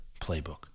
playbook